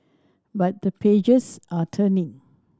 but the pages are turning